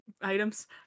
items